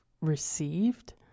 received